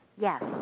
Yes